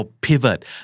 pivot